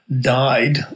died